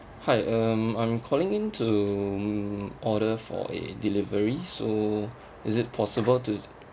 hi um I'm calling in to order for a delivery so is it possible to